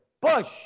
Bush